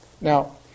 Now